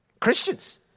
Christians